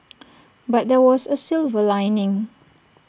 but there was A silver lining